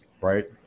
Right